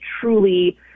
truly –